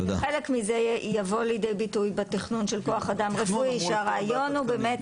חלק מזה יבוא לידי ביטוי בתכנון של כוח אדם רפואי שהרעיון הוא באמת,